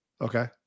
Okay